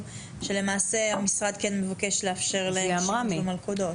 שלמעשה המשרד כן מבקש לאפשר שימוש של מלכודות.